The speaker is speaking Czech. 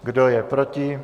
Kdo je proti?